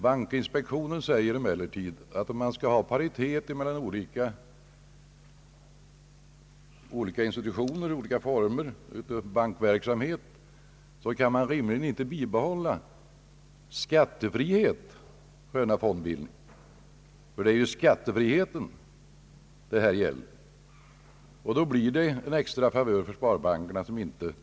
Bankinspektionen säger emellertid att man, om paritet skall råda mellan olika institutioner och olika former av bankverksamhet, rimligen inte kan bibehålla skattefrihet för denna fondbildning, ty det gäller ju här skattefriheten och då blir det en extra favör för sparbankerna.